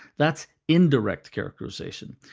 that's indirect characterization.